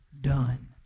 done